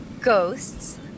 Ghosts